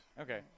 Okay